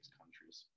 countries